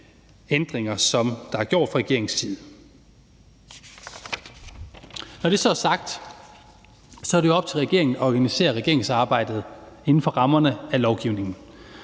ændringer, der er foretaget fra regeringens side. Når det så er sagt, er det jo op til regeringen at organisere regeringsarbejdet inden for rammerne af lovgivningen.